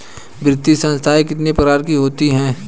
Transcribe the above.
वित्तीय संस्थाएं कितने प्रकार की होती हैं?